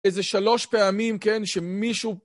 איזה שלוש פעמים, כן, שמישהו...